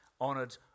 honoured